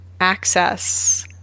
access